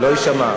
שלא יישמע.